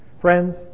Friends